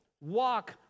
walk